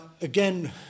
again